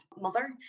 mother